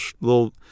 little